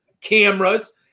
cameras